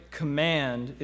command